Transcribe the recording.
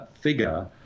figure